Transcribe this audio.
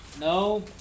No